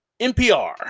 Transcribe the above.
NPR